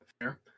fair